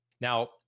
Now